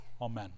Amen